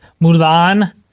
Mulan